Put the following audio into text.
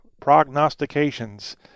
prognostications